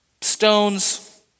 stones